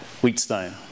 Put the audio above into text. Wheatstone